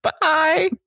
Bye